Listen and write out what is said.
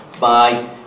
Bye